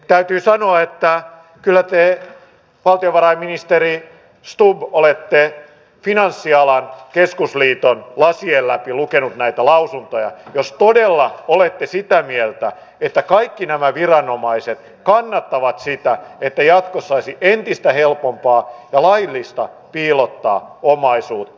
täytyy sanoa että kyllä te valtiovarainministeri stubb olette finanssialan keskusliiton lasien läpi lukenut näitä lausuntoja jos todella olette sitä mieltä että kaikki nämä viranomaiset kannattavat sitä että jatkossa saisi entistä helpommin ja laillisesti piilottaa omaisuutta